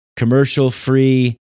commercial-free